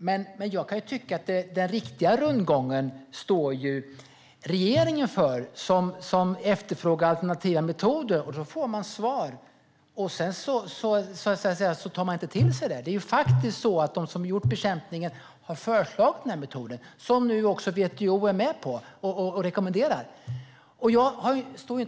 Själv kan jag tycka att regeringen står för den riktiga rundgången när den efterfrågar alternativa metoder. När den får svar tar den inte till sig det hela. De som har gjort bekämpningen har ju faktiskt föreslagit denna metod. Även WTO är med på och rekommenderar den nu.